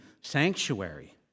sanctuary